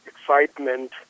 excitement